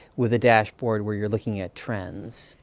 with a dashboard, where you're looking at trends.